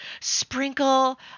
sprinkle